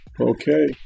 Okay